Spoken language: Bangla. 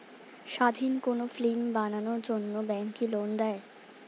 স্বাধীন কোনো ফিল্ম বানানোর জন্য ব্যাঙ্ক কি লোন দেয়?